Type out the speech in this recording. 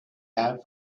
love